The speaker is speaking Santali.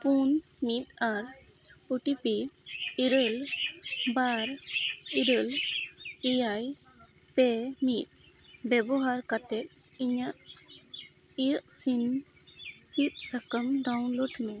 ᱯᱩᱱ ᱢᱤᱫ ᱟᱨ ᱳ ᱴᱤ ᱯᱤ ᱤᱨᱟᱹᱞ ᱵᱟᱨ ᱤᱨᱟᱹᱞ ᱮᱭᱟᱭ ᱯᱮ ᱢᱤᱫ ᱵᱮᱵᱚᱦᱟᱨ ᱠᱟᱛᱮᱫ ᱤᱧᱟᱹᱜ ᱤᱭᱮᱠᱥᱤᱱ ᱥᱤᱫᱽ ᱥᱟᱠᱟᱢ ᱰᱟᱣᱩᱱᱞᱳᱰ ᱢᱮ